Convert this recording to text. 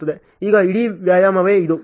ಈಗ ಇಡೀ ವ್ಯಾಯಾಮವೇ ಇದು